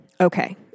okay